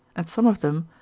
and some of them,